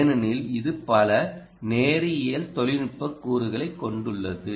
ஏனெனில் இது பல நேரியல் தொழில்நுட்ப கூறுகளைக் கொண்டுள்ளது